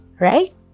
right